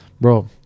Bro